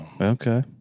Okay